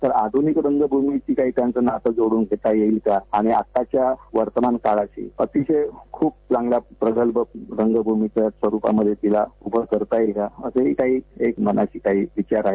तर आधुनिक रंगभूमीशी त्यांचं काही नातं जोडून घेता येईल का आणि आताच्या वर्तमानकाळाशी अतिशय खूप चांगल्या प्रगल्भ रंगभूमीच्या स्वरुपामध्ये तीला उभं करता येईल असंही मनाची तयारी विचार आहेत